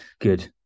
good